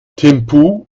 thimphu